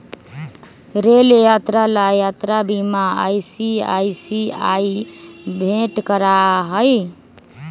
rail यात्रा ला यात्रा बीमा आई.सी.आई.सी.आई भेंट करा हई